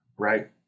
Right